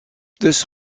this